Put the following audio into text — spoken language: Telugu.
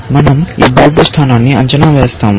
మనం ఈ బోర్డు స్థానాన్ని అంచనా వేస్తాము